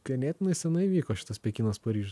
ganėtinai senai vyko šitas pekinas paryžius